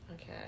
okay